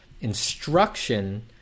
Instruction